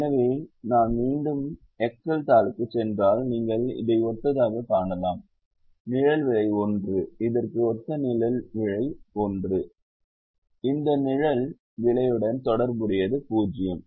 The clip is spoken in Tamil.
எனவே நான் மீண்டும் எக்செல் தாளுக்குச் சென்றால் நீங்கள் இதை ஒத்ததாகக் காணலாம் நிழல் விலை 1 இதற்கு ஒத்த நிழல் விலை 1 இந்த நிழல் விலையுடன் தொடர்புடையது 0